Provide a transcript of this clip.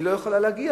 והיא לא יכולה להגיע,